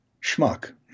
schmuck